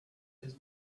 his